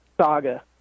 saga